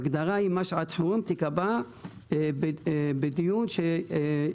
ההגדרה מה שעת חירום תיקבע בדיון שיהיה